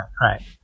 right